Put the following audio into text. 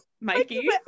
Mikey